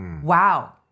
Wow